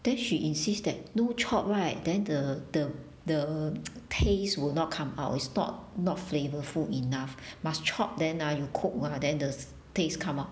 then she insist that no chop right then the the the taste will not come out it's not flavourful enough must chop then ah you cook ah then the taste come out